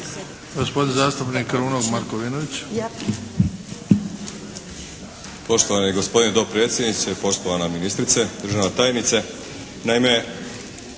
Gospodin zastupnik Kruno Markovinović.